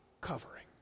covering